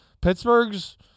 Pittsburgh's